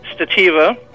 Stativa